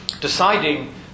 deciding